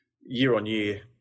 year-on-year